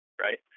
Right